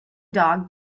dog